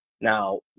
now